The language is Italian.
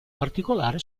particolare